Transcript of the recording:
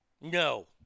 No